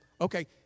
okay